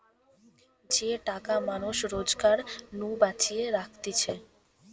যে টাকা মানুষ রোজগার নু বাঁচিয়ে রাখতিছে